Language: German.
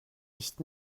nicht